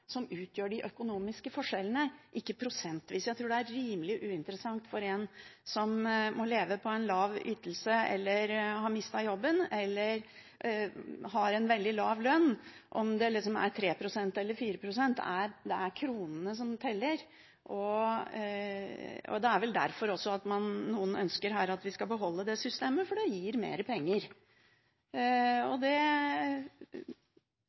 som utgjør de økonomiske forskjellene, ikke det prosentvise. Jeg tror det er rimelig uinteressant for en som må leve på en lav ytelse, har mistet jobben, eller har en veldig lav lønn, om det er en vekst på 3 pst. eller 4 pst. Det er kronene som teller. Det er vel også derfor noen her ønsker at vi skal beholde det systemet, for det gir mer penger.